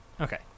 okay